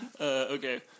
Okay